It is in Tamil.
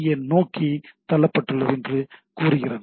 ஏ நோக்கி தள்ளப்பட்டுள்ளது என்று அது கூறுகிறது